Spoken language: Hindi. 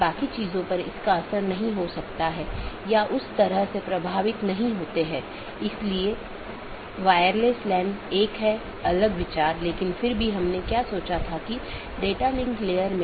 BGP या बॉर्डर गेटवे प्रोटोकॉल बाहरी राउटिंग प्रोटोकॉल है जो ऑटॉनमस सिस्टमों के पार पैकेट को सही तरीके से रूट करने में मदद करता है